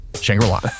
shangri-la